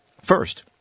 First